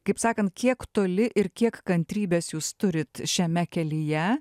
kaip sakant kiek toli ir kiek kantrybės jūs turit šiame kelyje